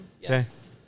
Yes